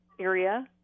area